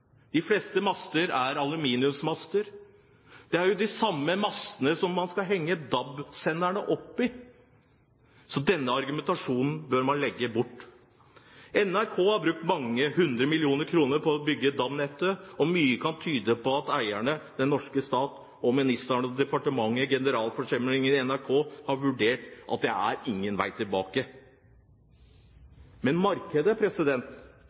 De fleste master er aluminiumsmaster. Det er jo de samme mastene man skal henge DAB-senderne opp i. Så denne argumentasjonen bør man legge bort. NRK har brukt mange hundre millioner kroner på å bygge DAB-nettet, og mye kan tyde på at eierne, den norske stat, ministeren og departementet som er generalforsamling i NRK, har vurdert at det ikke er noen vei tilbake. Men markedet